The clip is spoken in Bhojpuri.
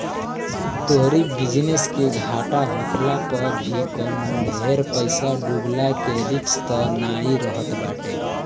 तोहरी बिजनेस के घाटा होखला पअ भी कवनो ढेर पईसा डूबला के रिस्क तअ नाइ रहत बाटे